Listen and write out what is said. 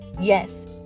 Yes